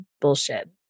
bullshit